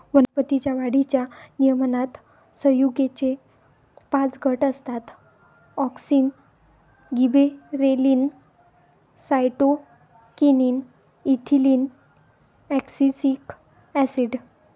वनस्पतीं च्या वाढीच्या नियमनात संयुगेचे पाच गट असतातः auxin, gibberellin, cytokinin, ethylene, abscisic acid